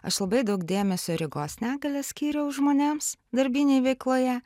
aš labai daug dėmesio regos negalia skyriau žmonėms darbinėj veikloje